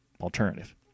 alternative